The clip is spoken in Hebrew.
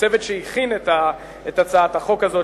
הצוות שהכין את הצעת החוק הזאת,